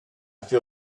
feel